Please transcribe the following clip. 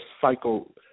cycle